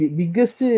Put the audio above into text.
biggest